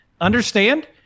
Understand